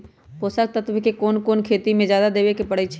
पोषक तत्व क कौन कौन खेती म जादा देवे क परईछी?